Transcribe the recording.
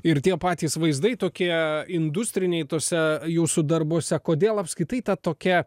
ir tie patys vaizdai tokie industriniai tuose jūsų darbuose kodėl apskritai ta tokia